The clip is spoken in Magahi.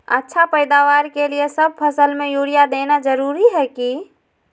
अच्छा पैदावार के लिए सब फसल में यूरिया देना जरुरी है की?